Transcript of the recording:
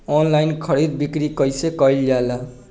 Online खरीद बिक्री कइसे कइल जाला?